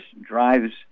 drives